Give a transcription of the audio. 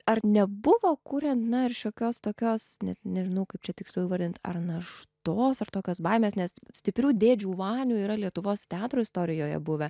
ar nebuvo kuriant na ir šiokios tokios net nežinau kaip čia tiksliau įvardint ar naštos ar tokios baimės nes stiprių dėdžių vanių yra lietuvos teatro istorijoje buvę